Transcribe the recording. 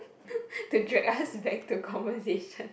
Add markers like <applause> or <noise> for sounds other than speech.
<laughs> to drag us back to conversation